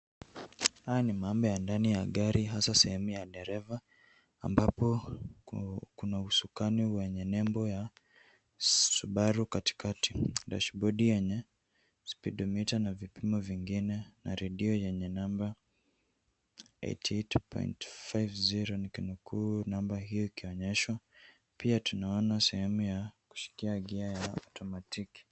Haya ni mahame ya ndani ya gari hasa sehemu ya dereva ambapo kuna usukani wenye nembo wa subaru katikati, dashibodi yenye spedometer na vipimo vingine na radio yenye namba "88.50" nikinukuu namba hiyo ikionyeshwa. Pia tunaona sehemu ya kushikia gia ya automatiki.